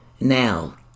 Now